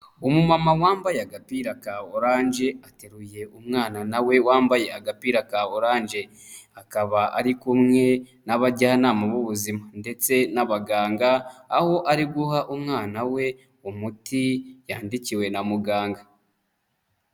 Umumama wambaye agapira ka oranje, ateruye umwana na we wambaye agapira ka oranje akaba ari kumwe n'abajyanama b'ubuzima ndetse n'abaganga, aho ari guha umwana we umuti, yandikiwe na muganga.